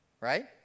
Right